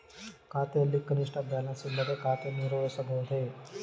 ಖಾತೆಯಲ್ಲಿ ಕನಿಷ್ಠ ಬ್ಯಾಲೆನ್ಸ್ ಇಲ್ಲದೆ ಖಾತೆಯನ್ನು ನಿರ್ವಹಿಸಬಹುದೇ?